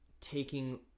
taking